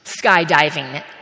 skydiving